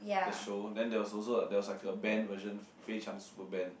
the show then there's also there's like a band version 非常:Fei-Chang Superband